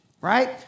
right